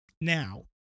now